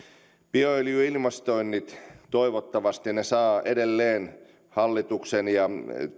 bioöljyinvestoinnit toivottavasti saavat edelleen hallituksen ja